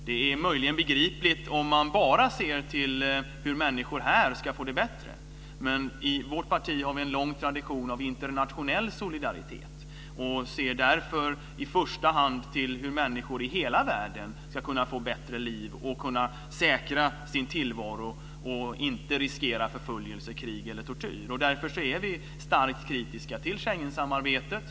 Detta är möjligen begripligt om man bara ser till hur människor här ska få det bättre, men vi har i vårt parti en lång tradition av internationell solidaritet och ser därför i första hand till hur människor i hela världen ska kunna få bättre liv och kunna säkra sin tillvaro så att man inte riskerar förföljelse, krig eller tortyr. Därför är vi starkt kritiska till Schengensamarbetet.